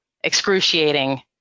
excruciating